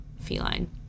feline